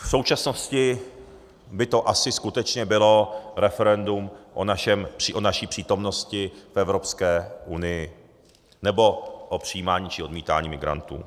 V současnosti by to asi skutečně bylo referendum o naší přítomnosti v Evropské unii nebo o přijímání či odmítání migrantů.